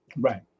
Right